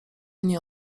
nie